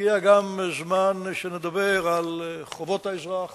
הגיע הזמן שנדבר גם על חובות האזרח